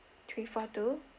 three four two